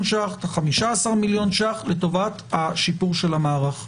15 מיליון ₪ לטובת שיפור המערך.